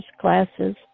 classes